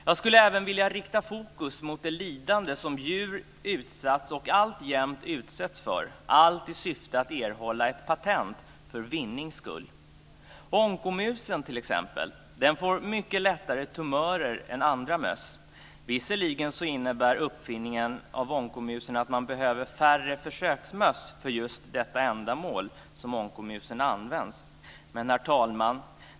Jag skulle även vilja rikta fokus mot det lidande som djur utsatts och alltjämt utsätts för - allt i syfte att erhålla ett patent för vinnings skull. Onkomusen får t.ex. mycket lättare tumörer än andra möss. Visserligen innebär uppfinningen av onkomusen att man behöver färre försöksmöss för just detta ändamål som onkomusen används till. Herr talman!